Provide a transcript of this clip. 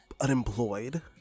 unemployed